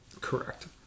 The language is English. Correct